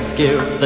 give